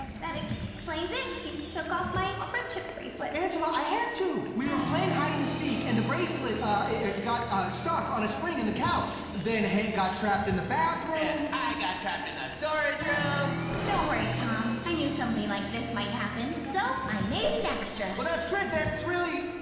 that explains it. you took off my friendship bracelet. angela, i had to! we were playing hide and seek and the bracelet ah it got stuck on a spring in the couch. then hank got trapped in the bathroom and i got trapped in the storage room don't worry, tom. i knew something like this might happen, so i made an extra. oh that's great, that's really.